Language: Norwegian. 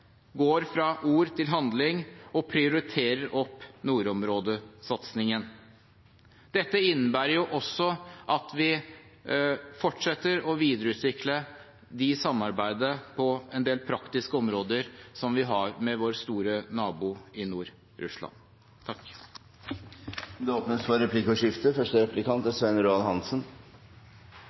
går fra ord til handling og prioriterer opp nordområdesatsingen. Dette innebærer også at vi fortsetter å videreutvikle samarbeidet på en del praktiske områder som vi har med vår store nabo i